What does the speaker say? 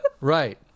Right